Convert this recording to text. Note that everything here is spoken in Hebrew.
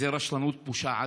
וזו רשלנות פושעת,